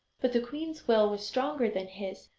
but the queen's will was stronger than his,